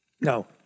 No